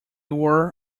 were